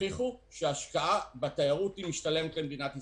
הוכיחו שההשקעה בתיירות משתלמת למדינת ישראל,